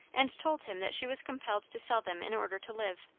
and told him that she was compelled to sell them in order to live.